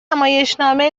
نمایشنامه